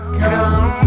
come